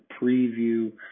preview